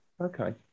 okay